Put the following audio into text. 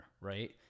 right